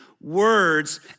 words